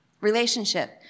relationship